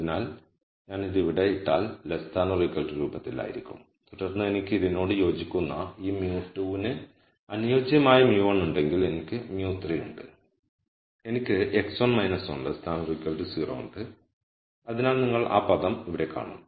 അതിനാൽ ഞാൻ ഇത് ഇവിടെ ഇട്ടാൽ ഇത് രൂപത്തിലായിരിക്കും തുടർന്ന് എനിക്ക് ഇതിനോട് യോജിക്കുന്ന ഈ μ2 ന് അനുയോജ്യമായ μ1 ഉണ്ടെങ്കിൽ എനിക്ക് μ3 ഉണ്ട് എനിക്ക് x1 1 0 ഉണ്ട് അതിനാൽ നിങ്ങൾ ആ പദം ഇവിടെ കാണുന്നു